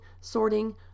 sorting